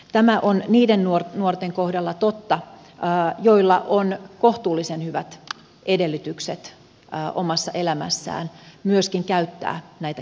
tämä on niiden nuorten kohdalla totta joilla on kohtuullisen hyvät edellytykset omassa elämässään myöskin käyttää näitä kyseisiä palve luita